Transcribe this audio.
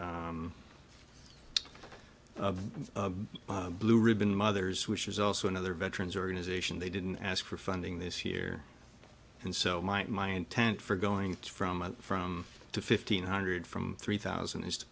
blue ribbon mothers which is also another veterans organization they didn't ask for funding this year and so mike my intent for going from a from to fifteen hundred from three thousand is to